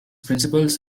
principles